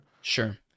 sure